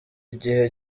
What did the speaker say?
igihe